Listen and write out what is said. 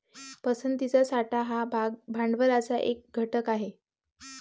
पसंतीचा साठा हा भाग भांडवलाचा एक घटक आहे